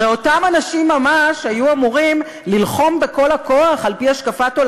הרי אותם אנשים ממש היו אמורים ללחום בכל הכוח,